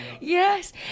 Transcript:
yes